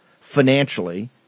financially